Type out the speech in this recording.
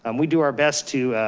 and we do our best to